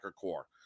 core